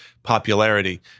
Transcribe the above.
popularity